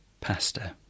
Pasta